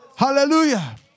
Hallelujah